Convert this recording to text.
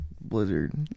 Blizzard